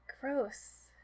Gross